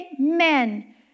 amen